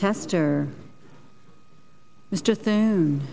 tester mr thi